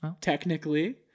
technically